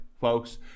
folks